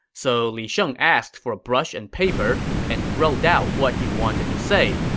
so li sheng asked for brush and paper and wrote out what he wanted to say.